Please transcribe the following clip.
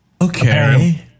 okay